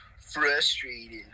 frustrated